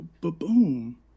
Boom